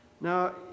Now